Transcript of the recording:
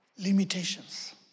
limitations